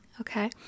okay